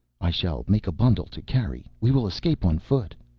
i shall make a bundle to carry, we will escape on foot.